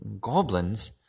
Goblins